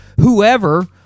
whoever